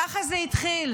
ככה זה התחיל.